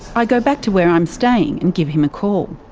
i go back to where i'm staying and give him a call.